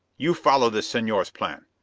you follow the senor's plan.